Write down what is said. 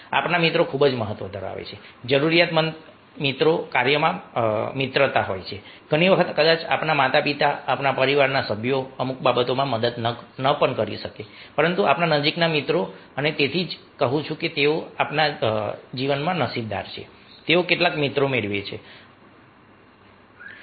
આપણા મિત્રો ખૂબ મહત્વ ધરાવે છે જરૂરિયાતમંદ મિત્ર કાર્યમાં મિત્ર હોય છે ઘણી વખત કદાચ આપણા માતા પિતા આપણા પરિવારના સભ્યો અમુક બાબતોમાં મદદ ન કરી શકે પરંતુ આપણા નજીકના મિત્રો અને તેથી જ હું કહું છું કે જેઓ તેમના જીવનમાં નસીબદાર છે તેઓ કેટલાક મિત્રો મેળવો